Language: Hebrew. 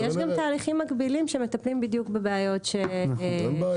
אבל --- יש גם תהליכים מקבילים שמטפלים בדיוק בבעיות שהזכרתם.